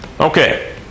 Okay